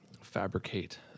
fabricate